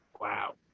Wow